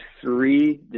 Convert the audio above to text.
three